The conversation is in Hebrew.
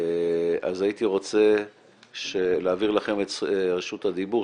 אז הייתי רוצה להעביר לכם את רשות הדיבור.